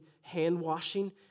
hand-washing